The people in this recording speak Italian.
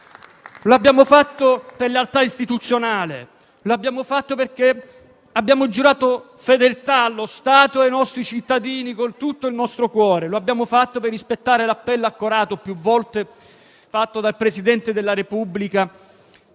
Lo abbiamo fatto per lealtà istituzionale, perché abbiamo giurato fedeltà allo Stato e ai nostri cittadini con tutto il nostro cuore. Lo abbiamo fatto per rispettare l'appello accorato, fatto più volte, del presidente della Repubblica